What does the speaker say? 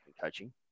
coaching